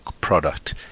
product